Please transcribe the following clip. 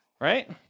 right